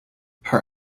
her